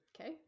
Okay